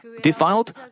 defiled